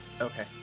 Okay